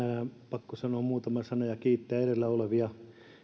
pakko sanoa muutama sana ja kiittää edellä olevia